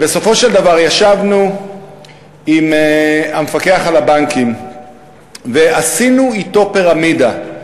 ובסופו של דבר ישבנו עם המפקח על הבנקים ועשינו אתו פירמידה,